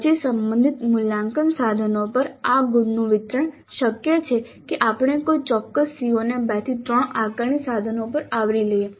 પછી સંબંધિત મૂલ્યાંકન સાધનો પર આ ગુણનું વિતરણ શક્ય છે કે આપણે કોઈ ચોક્કસ CO ને 2 3 આકારણી સાધનો ઉપર આવરી લઈએ